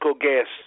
Gas